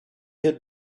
had